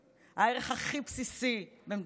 הם מוודאים שמערכת המשפט בישראל תישאר בלי